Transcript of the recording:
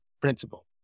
principle